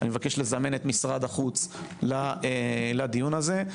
אני מבקש לזמן את משרד החוץ לדיון הזה.